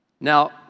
Now